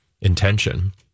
intention